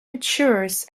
matures